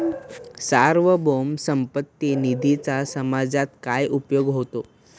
सार्वभौम संपत्ती निधीचा समाजात काय उपयोग होतो?